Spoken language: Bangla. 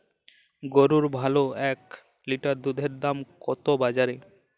গরুর ভালো এক লিটার দুধের দাম কত বাজারে?